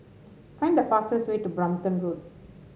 find the fastest way to Brompton Road